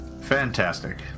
Fantastic